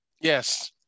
Yes